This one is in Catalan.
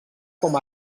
com